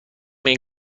این